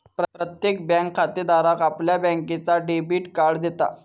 प्रत्येक बँक खातेधाराक आपल्या बँकेचा डेबिट कार्ड देता